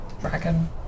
Dragon